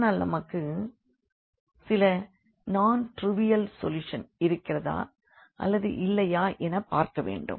ஆனால் நமக்கு சில நான் டிரைவியல் சொல்யூஷன் இருக்கிறதா அல்லது இல்லையா எனப் பார்க்க வேண்டும்